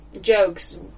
jokes